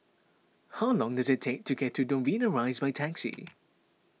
how long does it take to get to Novena Rise by taxi